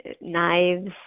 knives